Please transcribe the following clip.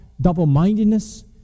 double-mindedness